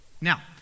Now